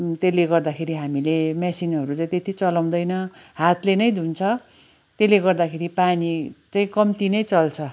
त्यसले गर्दाखेरि हामीले मेसिनहरू चाहिँ त्यति चलाउँदैनौँ हातले नै धुन्छौँ त्यसले गर्दाखेरि पानी चाहिँ कम्ती नै चल्छ